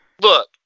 Look